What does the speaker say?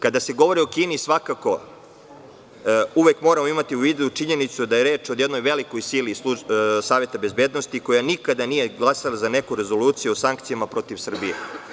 Kada se govori o Kini, uvek moramo imati u vidu činjenicu da je reč o jednoj velikoj sili SB, koja nikada nije glasala za neku rezoluciju o sankcijama protiv Srbije.